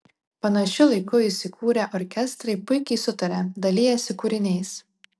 panašiu laiku įsikūrę orkestrai puikiai sutaria dalijasi kūriniais